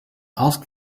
asked